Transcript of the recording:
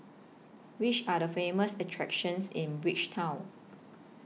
Which Are The Famous attractions in Bridgetown